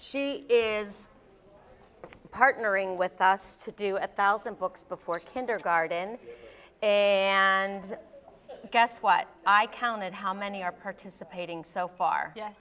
she is partnering with us to do a thousand books before kindergarten and guess what i counted how many are participating so far